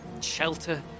shelter